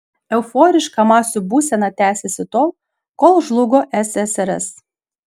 euforiška masių būsena tęsėsi tol kol žlugo ssrs